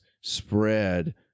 spread